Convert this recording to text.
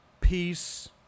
peace